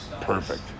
Perfect